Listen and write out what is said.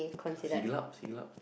Siglap Siglap